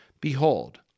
behold